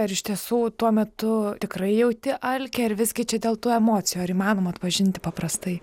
ar iš tiesų tuo metu tikrai jauti alkį ar visgi čia dėl to emocijų ar įmanoma atpažinti paprastai